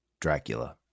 Dracula